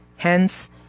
Hence